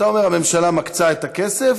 אתה אומר שהממשלה מקצה את הכסף,